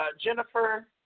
Jennifer